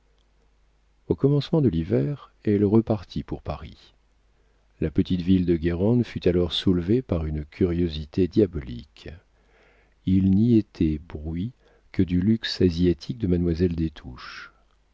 au commencement de l'hiver elle repartit pour paris la petite ville de guérande fut alors soulevée par une curiosité diabolique il n'y était bruit que du luxe asiatique de mademoiselle